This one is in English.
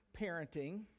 parenting